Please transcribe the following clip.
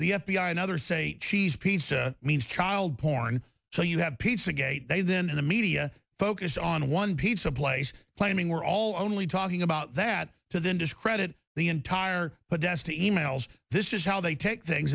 the f b i and others say cheese pizza means child porn so you have pizza gate they've been in the media focused on one pizza place claiming we're all only talking about that to them discredit the entire but that's to emails this is how they take things